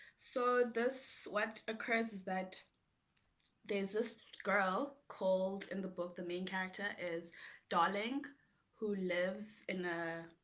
so. this what occurs is that there's this girl called in the book the main character is darling who lives in